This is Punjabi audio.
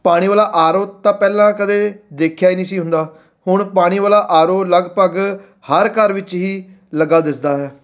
ਪਾਣੀ ਵਾਲਾ ਆਰ ਓ ਤਾਂ ਪਹਿਲਾਂ ਕਦੇ ਦੇਖਿਆ ਹੀ ਨਹੀਂ ਸੀ ਹੁੰਦਾ ਹੁਣ ਪਾਣੀ ਵਾਲਾ ਆਰ ਓ ਲਗਭਗ ਹਰ ਘਰ ਵਿੱਚ ਹੀ ਲੱਗਾ ਦਿਸਦਾ ਹੈ